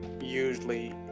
usually